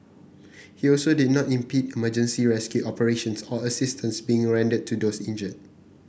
he also did not impede emergency rescue operations or assistance being rendered to those injured